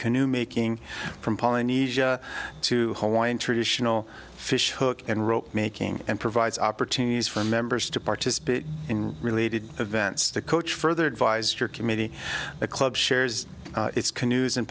canoe making from polynesia to hole in traditional fish hook and rope making and provides opportunities for members to participate in related events the coach further advised her committee the club shares its canoes and